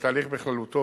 והתהליך בכללותו,